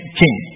king